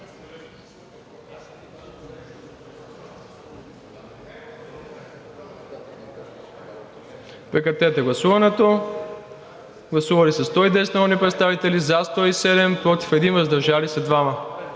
Прекратете гласуването. Гласували 135 народни представите: за 134, против няма, въздържал се 1.